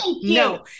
No